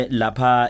lapa